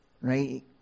right